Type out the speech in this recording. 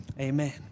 Amen